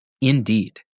Indeed